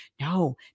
No